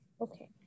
okay